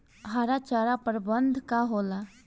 हरा चारा प्रबंधन का होला?